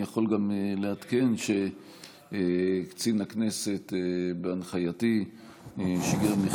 אני יכול גם לעדכן שקצין הכנסת שיגר בהנחייתי מכתב